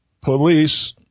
police